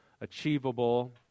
achievable